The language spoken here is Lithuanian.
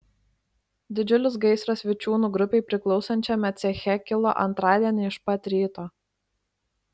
didžiulis gaisras vičiūnų grupei priklausančiame ceche kilo antradienį iš pat ryto